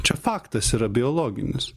čia faktas yra biologinis